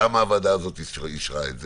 למה הוועדה הזאת אישרה את זה?